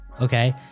okay